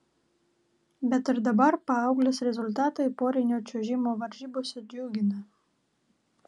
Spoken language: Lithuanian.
bet ir dabar paauglės rezultatai porinio čiuožimo varžybose džiugina